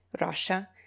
Russia